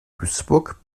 duisburg